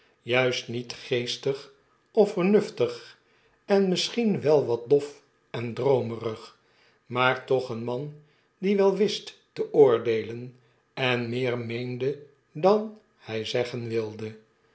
juist niet geestig of vernuftig en misschien wel wat dof en droomerig maar toch een man die wel wist te oordeelen en meer meende dan hy zeggen wilde